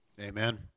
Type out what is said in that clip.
Amen